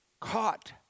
caught